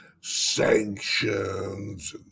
sanctions